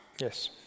Yes